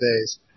days